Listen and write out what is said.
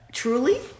Truly